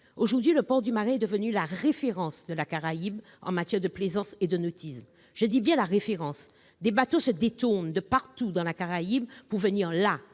aujourd'hui, le port du Marin est devenu la référence de la Caraïbe en matière de plaisance et de nautisme. Je dis bien : la référence ! Des bateaux se détournent de partout dans la Caraïbe pour venir